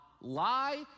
lie